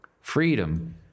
Freedom